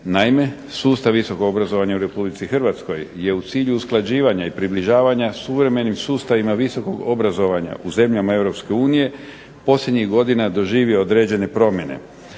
Naime, sustav visokog obrazovanja u Republici Hrvatskoj je u cilju usklađivanja i približavanja suvremenim sustavima visokog obrazovanja u zemljama Europske unije posljednjih godina doživio određene promjene.